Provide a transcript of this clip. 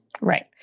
Right